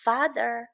Father